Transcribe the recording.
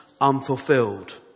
unfulfilled